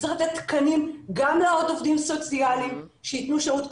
וצריך לתת תקנים גם לעוד עובדים סוציאליים שיתנו שירות.